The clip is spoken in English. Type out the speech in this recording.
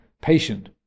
patient